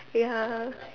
ya